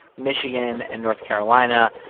michigan and north carolina.